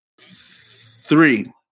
Three